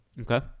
Okay